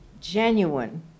genuine